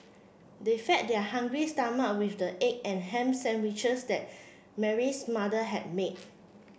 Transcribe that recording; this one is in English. they fed their hungry stomach with the egg and ham sandwiches that Mary's mother had made